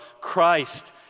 Christ